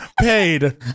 paid